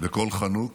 ובקול חנוק